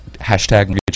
hashtag